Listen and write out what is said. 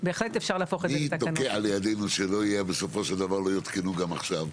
מי תוקע לידינו שלא יעדכנו גם עכשיו,